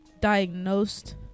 diagnosed